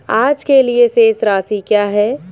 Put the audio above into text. आज के लिए शेष राशि क्या है?